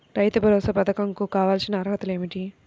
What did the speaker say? రైతు భరోసా పధకం కు కావాల్సిన అర్హతలు ఏమిటి?